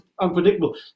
unpredictable